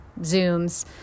Zooms